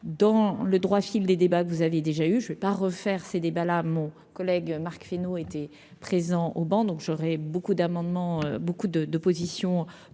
dans le droit fil des débats que vous aviez déjà eu, je vais pas refaire ces débats là mon collègue Marc Fesneau étaient présents au banc, donc j'aurai beaucoup d'amendements beaucoup de d'opposition